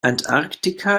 antarktika